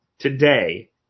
today